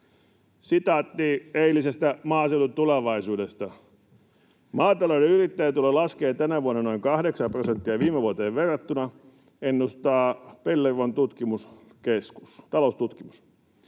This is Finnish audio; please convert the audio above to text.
Sitaatti eilisestä Maaseudun Tulevaisuudesta: ”Maatalouden yrittäjätulo laskee tänä vuonna noin kahdeksan prosenttia viime vuoteen verrattuna, ennustaa Pellervon taloustutkimus.